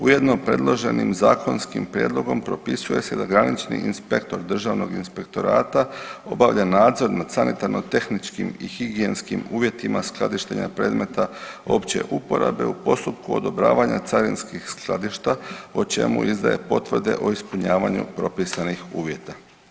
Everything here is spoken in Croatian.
Ujedno predloženim zakonskim prijedlogom propisuje se da granični inspektor državnog inspektorata obavlja nadzor nad sanitarno tehničkim i higijenskim uvjetima skladištenja predmeta opće uporabe u postupku odobravanja carinskih skladišta, o čemu izdaje potvrde o ispunjavanju propisanih uvjeta.